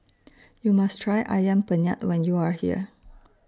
YOU must Try Ayam Penyet when YOU Are here